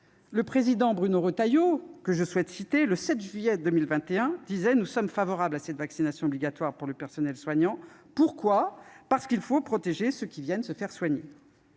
collègue Bruno Retailleau a déclaré le 7 juillet 2021 :« Nous sommes favorables à cette vaccination obligatoire pour le personnel soignant. Pourquoi ? Parce qu'il faut protéger ceux qui viennent se faire soigner. »